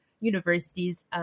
universities